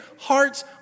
heart's